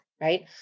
right